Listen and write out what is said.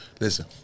listen